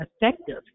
effective